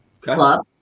club